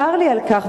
צר לי על כך.